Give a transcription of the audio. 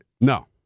No